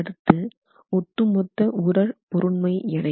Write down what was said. அடுத்து ஒட்டுமொத்த உறழ் பொருண்மை எடை